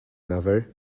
never